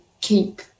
keep